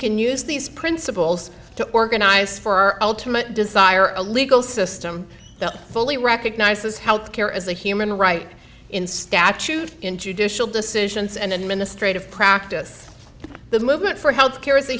can use these principles to organize for ultimate desire a legal system that fully recognizes health care as a human right in statute in judicial decisions and administrative practice the movement for health care is a